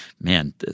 man